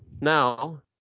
Now